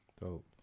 dope